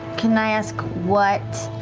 can i ask what